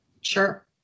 Sure